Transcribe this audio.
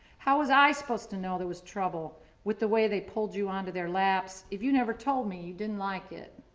how was i supposed to know there was trouble with the way they pulled you onto their laps, if you never told me, you didn't like it.